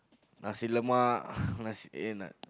Nasi-Lemak nasi eh na~